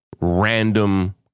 random